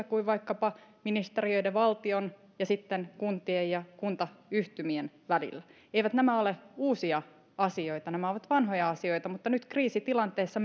kuin vaikkapa ministeriöiden eli valtion ja sitten kuntien ja kuntayhtymien välillä eivät nämä ole uusia asioita nämä ovat vanhoja asioita mutta nyt kriisitilanteessa